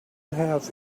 have